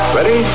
Ready